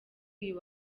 uyu